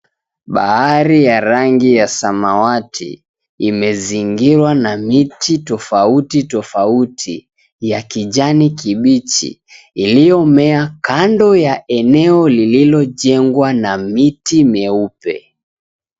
Bahari ya rangi ya samawati, imezingirwa na miti tofauti tofauti ya kijani kibichi iliyomea kando ya eneo lililojengwa na miti meupe.